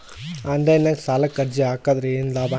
Online ನಾಗ್ ಸಾಲಕ್ ಅರ್ಜಿ ಹಾಕದ್ರ ಏನು ಲಾಭ?